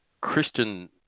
Christian